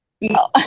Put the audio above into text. No